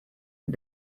and